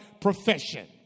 profession